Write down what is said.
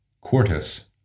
Quartus